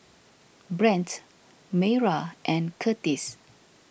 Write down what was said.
Brent Mayra and Curtiss